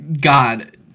god